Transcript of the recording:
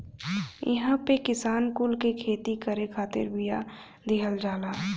इहां पे किसान कुल के खेती करे खातिर बिया दिहल जाला